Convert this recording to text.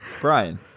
Brian